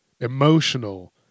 emotional